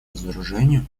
разоружению